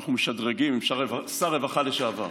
אנחנו משדרגים עם שר רווחה לשעבר,